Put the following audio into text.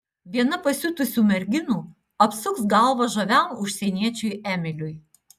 viena pasiutusių merginų apsuks galvą žaviam užsieniečiui emiliui